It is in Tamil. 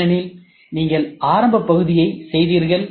ஏனெனில் நீங்கள் ஆரம்ப பகுதியை செய்தீர்கள்